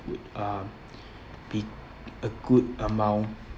would um be a good amount